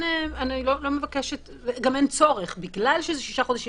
אני לא מבקשת, וגם אין צורך בגלל שזה שישה חודשים.